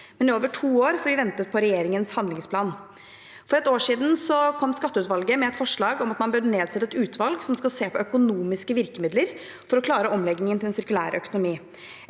I over to år har vi ventet på regjeringens handlingsplan. For et år siden kom skatteutvalget med et forslag om at man bør nedsette et utvalg som skal se på økonomiske virkemidler for å klare omleggingen til en sirkulær økonomi.